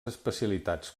especialitats